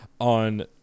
on